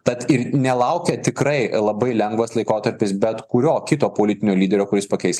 tad ir nelaukė tikrai labai lengvas laikotarpis bet kurio kito politinio lyderio kuris pakeis